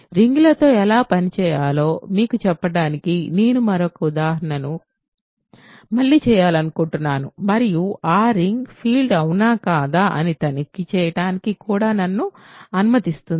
రింగ్లతో ఎలా పని చేయాలో మీకు చెప్పడానికి నేను మరొక ఉదాహరణను మళ్లీ చేయాలనుకుంటున్నాను మరియు ఆ రింగ్ ఫీల్డ్ అవునా కాదా అని తనిఖీ చేయడానికి కూడా నన్ను అనుమతిస్తుంది